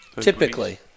Typically